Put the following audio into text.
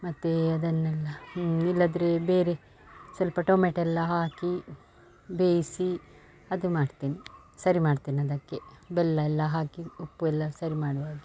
ಮತ್ತೆ ಅದನ್ನೆಲ್ಲ ಇಲ್ಲದ್ದರೆ ಬೇರೆ ಸ್ವಲ್ಪ ಟೊಮೆಟೊ ಎಲ್ಲ ಹಾಕಿ ಬೇಯಿಸಿ ಅದು ಮಾಡ್ತೇನೆ ಸರಿ ಮಾಡ್ತೇನೆ ಅದಕ್ಕೆ ಬೆಲ್ಲ ಎಲ್ಲ ಹಾಕಿ ಉಪ್ಪು ಎಲ್ಲ ಸರಿ ಮಾಡುವ ಹಾಗೆ